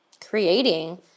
creating